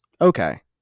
okay